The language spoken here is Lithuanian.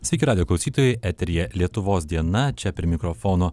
sveiki radijo klausytojai eteryje lietuvos diena čia prie mikrofono